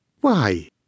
Why